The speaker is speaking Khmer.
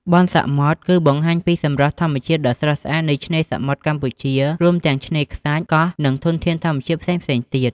បុណ្យសមុទ្រ គឺបង្ហាញពីសម្រស់ធម្មជាតិដ៏ស្រស់ស្អាតនៃឆ្នេរសមុទ្រកម្ពុជា រួមទាំងឆ្នេរខ្សាច់ កោះ និងធនធានធម្មជាតិផ្សេងៗទៀត។